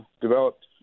developed